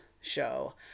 show